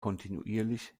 kontinuierlich